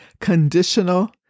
conditional